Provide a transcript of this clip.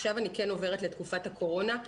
עכשיו אני עוברת לתקופת הקורונה.